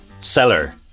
seller